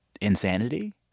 insanity